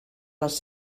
les